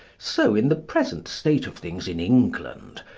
so, in the present state of things in england,